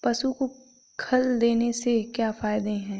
पशु को खल देने से क्या फायदे हैं?